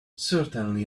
certainly